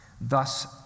Thus